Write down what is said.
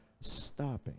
stopping